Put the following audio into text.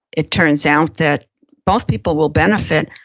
it turns out that both people will benefit.